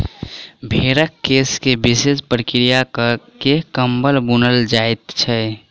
भेंड़क केश के विशेष प्रक्रिया क के कम्बल बुनल जाइत छै